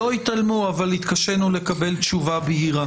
לא התעלמו אבל התקשינו לקבל תשובה בהירה.